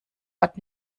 ort